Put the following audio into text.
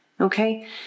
Okay